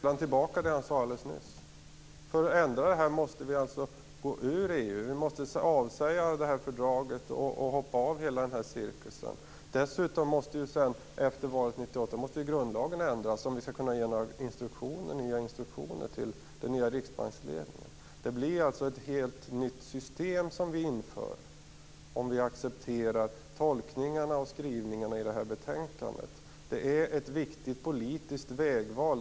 Fru talman! Bo Könberg tar redan tillbaka det han sade alldeles nyss. För att ändra detta måste vi alltså gå ur EU, vi måste avsäga fördraget och hoppa av hela den cirkusen. Dessutom måste grundlagen efter valet 1998 ändras om vi skall kunna ge några nya instruktioner till den nya riksbanksledningen. Det blir alltså ett helt nytt system som vi inför om vi accepterar tolkningarna och skrivningarna i det här betänkandet. Det är ett viktigt politiskt vägval.